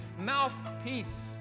mouthpiece